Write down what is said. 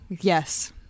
Yes